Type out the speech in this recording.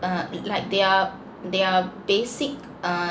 uh like their their basic uh